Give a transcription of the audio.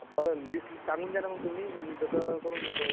बरं लिस्ट लिस सांगून द्या ना मग तुम्ही मी तसं करून घेतो